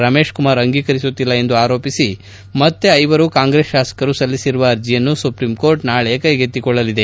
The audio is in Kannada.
ರಮೇಶ್ ಕುಮಾರ್ ಅಂಗೀಕರಿಸುತ್ತಿಲ್ಲ ಎಂದು ಆರೋಪಿಸಿ ಮತ್ತೆ ಐವರು ಕಾಂಗ್ರೆಸ್ ಶಾಸಕರು ಸಲ್ಲಿಸಿರುವ ಅರ್ಜಿಯನ್ನು ಸುಪ್ರೀಂಕೋರ್ಟ್ ನಾಳೆ ಕೈಗೆತ್ತಿಕೊಳ್ಳಲಿದೆ